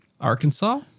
Arkansas